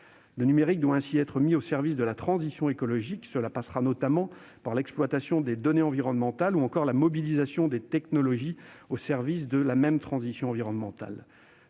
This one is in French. Le numérique doit ainsi être mis au service de la transition écologique. Cela passera notamment par l'exploitation des données environnementales ou par la mobilisation des technologies au service de la transition environnementale.